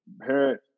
parent